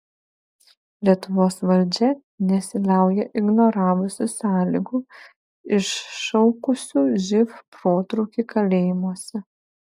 lietuvos valdžia nesiliauja ignoravusi sąlygų iššaukusių živ protrūkį kalėjimuose